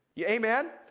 Amen